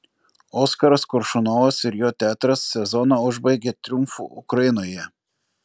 oskaras koršunovas ir jo teatras sezoną užbaigė triumfu ukrainoje